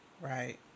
Right